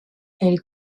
elle